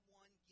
one